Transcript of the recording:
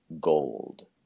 gold